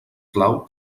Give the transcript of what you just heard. clau